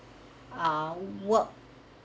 ah what